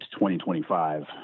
2025